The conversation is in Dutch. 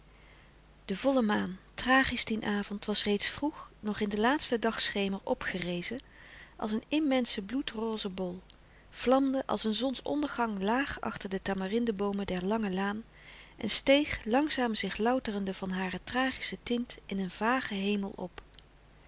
de volle maan tragisch dien avond was reeds vroeg nog in den laatsten dagschemer opgerezen als een immense bloedroze bol vlamde als een zonsondergang laag achter de tamarindeboomen der lange laan en steeg langzaam zich louterende van hare tragische tint in een vagen hemel op